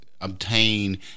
obtain